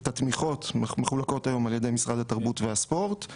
התמיכות מחולקות היום על ידי משרד התרבות והספורט.